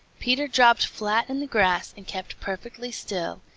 peter dropped flat in the grass and kept perfectly still,